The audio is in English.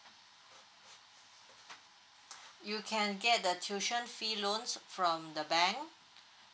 you can get the tuition fee loans from the bank